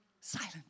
Silent